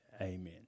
amen